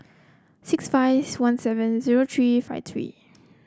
six five one seven zero three five three